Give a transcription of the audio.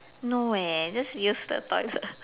no leh just use the toilet